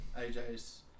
AJ's